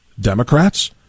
Democrats